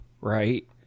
right